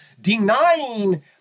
denying